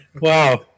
Wow